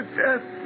death